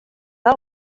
del